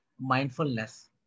mindfulness